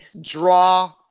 draw